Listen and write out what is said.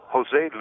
Jose